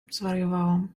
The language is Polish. zwariowałam